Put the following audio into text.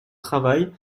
travail